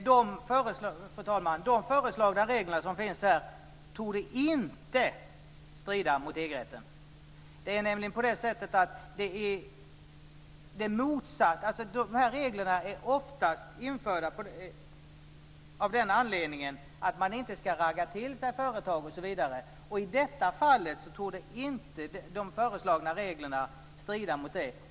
Fru talman! De regler som föreslås här torde inte strida mot EG-rätten. Sådana här regler är oftast införda av den anledningen att man inte ska ragga till sig företag osv. I detta fall torde inte de föreslagna reglerna strida mot det.